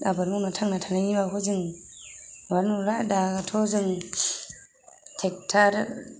आबाद मावना थांना थानायनि राहाखौ जों दा नुला दाथ' जों ट्रेक्ट'र